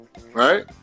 right